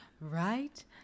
right